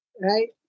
Right